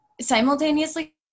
simultaneously